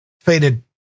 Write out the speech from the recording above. faded